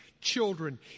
children